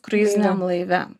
kruiziniam laive